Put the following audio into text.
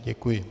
Děkuji.